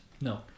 no